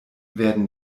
werden